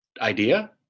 idea